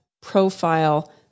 profile